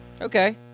Okay